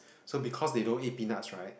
so because they don't eat peanuts right